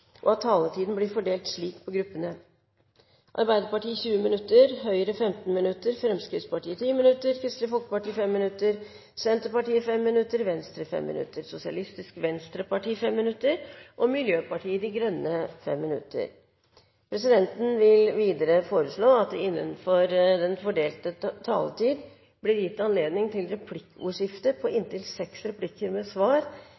og at taletiden blir fordelt slik på gruppene: Arbeiderpartiet 20 minutter, Høyre 15 minutter, Fremskrittspartiet 10 minutter, Kristelig Folkeparti 5 minutter, Senterpartiet 5 minutter, Venstre 5 minutter, Sosialistisk Venstreparti 5 minutter og Miljøpartiet De Grønne 5 minutter. Videre vil presidenten foreslå at det blir gitt anledning til replikkordskifte på inntil seks replikker med svar